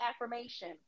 affirmation